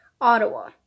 Ottawa